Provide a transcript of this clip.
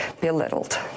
belittled